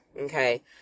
okay